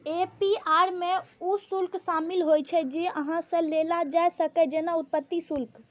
APR P R शुल्क शामिल होइ छै, जे अहां सं लेल जा सकैए, जेना उत्पत्ति शुल्क